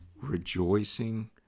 rejoicing